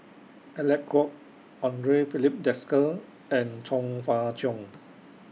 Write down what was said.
Alec Kuok Andre Filipe Desker and Chong Fah Cheong